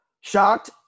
Shocked